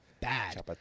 Bad